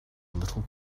little